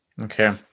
Okay